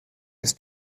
ist